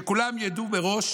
שכולם ידעו מראש